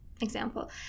example